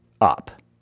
up